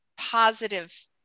positive